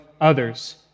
others